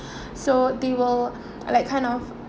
so they will like kind of